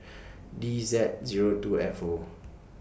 D Z Zero two F O